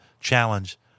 challenge